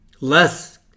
Less